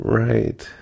right